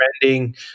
trending